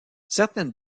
certains